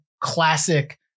classic